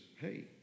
hey